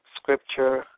scripture